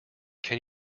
can